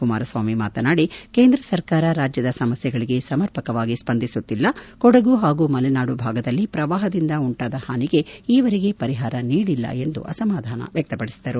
ಕುಮಾರಸ್ವಾಮಿ ಮಾತನಾಡಿ ಕೇಂದ್ರ ಸರ್ಕಾರ ರಾಜ್ಯದ ಸಮಸ್ಯೆಗಳಿಗೆ ಸಮರ್ಪಕವಾಗಿ ಸ್ವಂದಿಸುತ್ತಿಲ್ಲ ಕೊಡಗು ಹಾಗೂ ಮಲೆನಾಡು ಭಾಗದಲ್ಲಿ ಪ್ರವಾಹದಿಂದ ಉಂಟಾದ ಹಾನಿಗೆ ಈವರೆಗೆ ಪರಿಹಾರ ನೀಡಿಲ್ಲ ಎಂದು ಅಸಮಾಧಾನ ವ್ಯಕ್ತಪದಿಸಿದರು